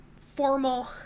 formal